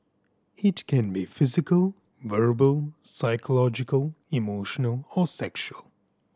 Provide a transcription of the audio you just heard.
it can be physical verbal psychological emotional or sexual